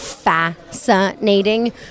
fascinating